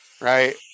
Right